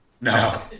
No